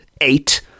eight